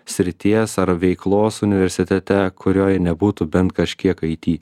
srities ar veiklos universitete kurioje nebūtų bent kažkiek aiti